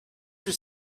your